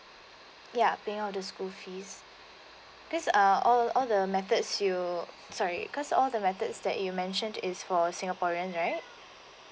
yeah paying of the school fees this are all all the methods you sorry cause all the methods that you mentioned is for singaporean right